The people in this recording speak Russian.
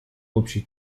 общей